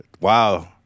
Wow